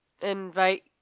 invite